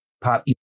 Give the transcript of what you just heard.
pop